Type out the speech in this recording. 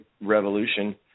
revolution